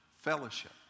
fellowship